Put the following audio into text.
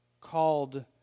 called